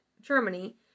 Germany